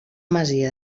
masia